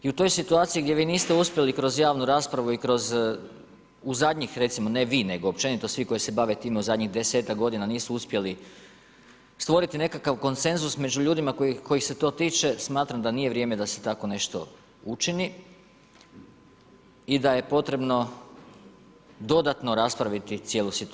I u toj situaciji gdje vi niste uspjeli kroz javnu raspravu i kroz u zadnjih, recimo, ne vi, nego općenito svi koji se bave time, u zadnjih 10-tak godina, nisu uspjeli, stvoriti nekakav konsenzus među ljudima kojih se to toče, smatram da nije vrijeme da se tako nešto učini i da je potrebno dodatno raspraviti cijelu situaciju.